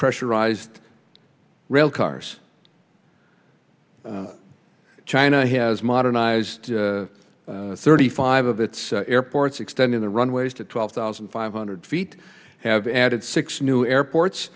pressurized railcars china has modernized thirty five of its airports extending the runways to twelve thousand five hundred feet have added six new airports